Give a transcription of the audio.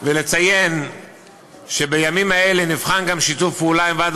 ולציין שבימים האלה נבחן גם שיתוף פעולה עם ועד